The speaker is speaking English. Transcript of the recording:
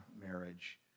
marriage